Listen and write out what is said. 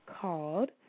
called